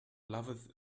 loveth